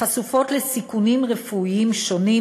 חשופות לסיכונים רפואיים שונים,